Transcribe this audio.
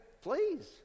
please